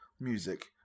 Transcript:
music